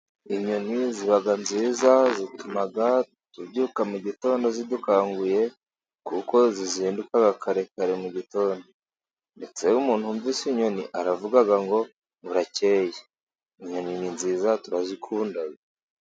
Inyoni ziba nziza zituma tubyuka mugitondo zidukanguye kuko zizinduka kare kare mu gitondo ndetse iyo umuntu yumvise inyoni aravuga ngo burakeye. Inyoni ni nziza turazikunda.